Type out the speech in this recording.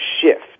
shift